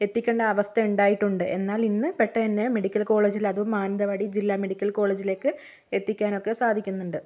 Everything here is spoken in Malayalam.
എത്തിക്കേണ്ട അവസ്ഥ ഉണ്ടായിട്ടുണ്ട് എന്നാൽ ഇന്ന് പെട്ടെന്ന് തന്നെ മെഡിക്കൽ കോളേജിൽ അതും മാനന്താവാടി ജില്ല മെഡിക്കൽ കോളജിലേക്ക് എത്തിക്കാനൊക്കെ സാധിക്കുന്നുണ്ട്